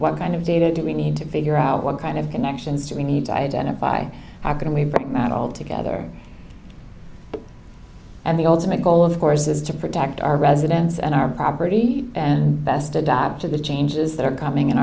what kind of data do we need to figure out what kind of connections to we need to identify how can we bring that all together and the ultimate goal of course is to protect our residents and our property and best adapt to the changes that are coming in